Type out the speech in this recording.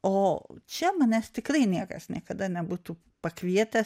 o čia manęs tikrai niekas niekada nebūtų pakvietęs